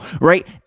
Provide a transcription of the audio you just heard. right